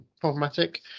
problematic